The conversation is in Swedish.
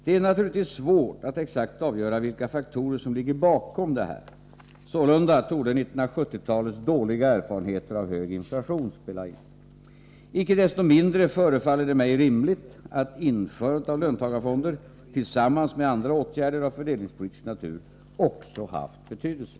Det är naturligtvis svårt att exakt avgöra vilka faktorer som ligger bakom detta; sålunda torde 1970-talets dåliga erfarenheter av hög inflation spela in. Icke desto mindre förefaller det mig rimligt att införandet av löntagarfonder — tillsammans med andra åtgärder av fördelningspolitisk natur — också haft betydelse.